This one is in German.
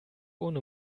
ohne